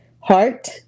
heart